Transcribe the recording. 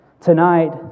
Tonight